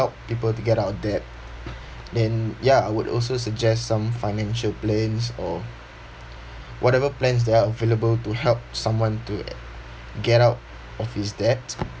people to get out of debt and ya I would also suggest some financial plans or whatever plans that are available to help someone to get out of his debt